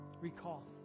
recall